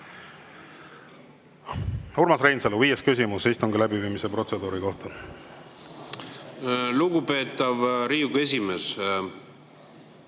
Urmas Reinsalu, viies küsimus istungi läbiviimise protseduuri kohta. Lugupeetav Riigikogu esimees!